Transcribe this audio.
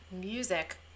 music